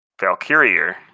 Valkyrie